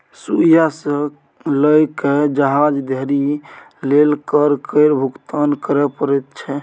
सुइया सँ लए कए जहाज धरि लेल कर केर भुगतान करय परैत छै